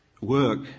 work